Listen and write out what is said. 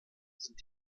sind